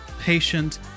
patient